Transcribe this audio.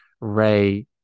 ray